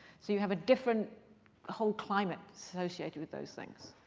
so you have a different whole climate associated with those things.